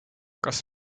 kas